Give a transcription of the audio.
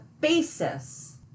basis